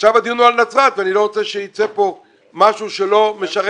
עכשיו הדיון הוא על נצרת ואני לא רוצה שיצא כאן משהו שלא משרת את המקום.